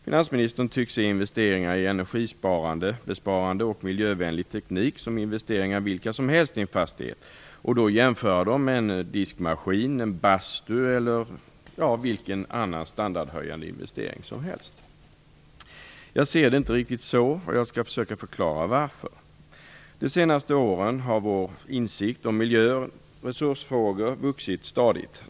Finansministern tycks se investeringar i energibesparande och miljövänlig teknik som investeringar vilka som helst i en fastighet och då jämföra dem med en diskmaskin, en bastu eller vilken annan standardhöjande investering som helst. Jag ser det inte riktigt så, och jag skall försöka förklara varför. Under de senaste åren har vår insikt om miljö och resursfrågor stadigt vuxit.